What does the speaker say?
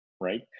right